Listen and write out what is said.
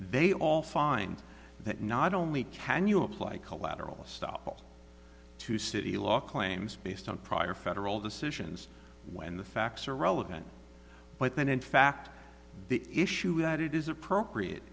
they all find that not only can you apply collateral estoppel to city law claims based on prior federal decisions when the facts are relevant but that in fact the issue that it is appropriate